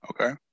Okay